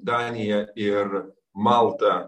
danija ir malta